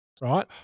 right